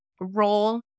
role